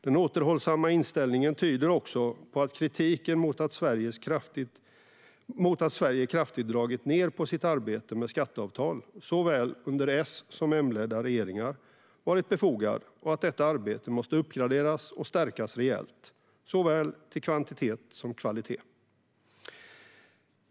Den återhållsamma inställningen tyder också på att kritiken mot att Sverige kraftigt har dragit ned på sitt arbete med skatteavtal, under både S och M-ledda regeringar, varit befogad. Det tyder också på att detta arbete måste uppgraderas och stärkas rejält, såväl till kvantitet som till kvalitet.